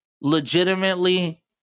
legitimately